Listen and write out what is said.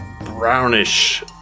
brownish